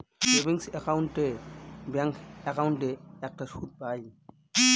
savings account এ bank একাউন্টে একটা সুদ পাই